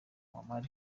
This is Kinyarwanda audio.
muammar